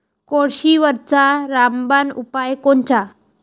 कोळशीवरचा रामबान उपाव कोनचा?